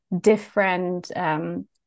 different